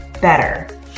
better